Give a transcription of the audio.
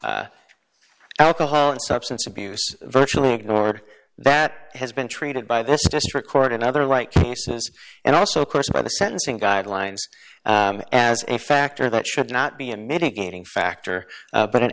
alcohol and substance abuse virtually ignored that has been treated by this district court and other like cases and also of course by the sentencing guidelines as a factor that should not be a mitigating factor but an